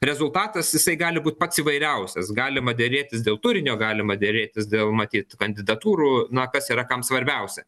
rezultatas jisai gali būt pats įvairiausias galima derėtis dėl turinio galima derėtis dėl matyt kandidatūrų na kas yra kam svarbiausia